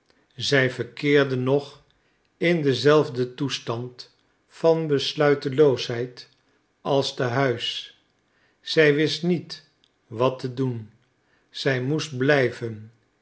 zij verkeerde nog in denzelfden toestand van besluiteloosheid als te huis zij wist niet wat te doen zij moest blijven